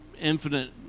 infinite